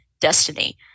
destiny